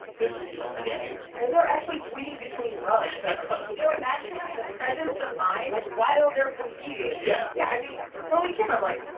they're just killing the game and they're actually tweeting between runs can you imagine having the presence of mind. like, while they're competing yeah yeah, i mean, chloe kim, i'm like,